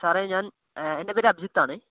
സാറെ ഞാന് എന്റെ പേര് അഭിജിത്താണെ